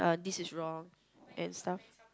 this is wrong and stuff